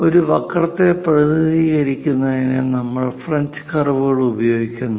ഒരു വക്രത്തെ പ്രതിനിധീകരിക്കുന്നതിന് നമ്മൾ ഫ്രഞ്ച് കർവുകൾ ഉപയോഗിക്കുന്നു